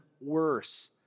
worse